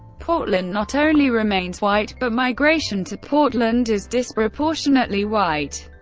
portland not only remains white, but migration to portland is disproportionately white.